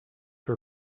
her